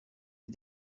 des